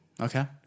Okay